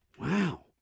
Wow